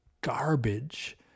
garbage